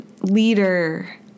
leader